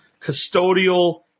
custodial